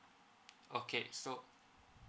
okay so